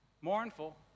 mournful